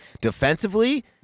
Defensively